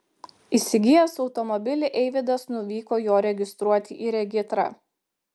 įsigijęs automobilį eivydas nuvyko jo registruoti į regitrą